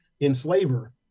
enslaver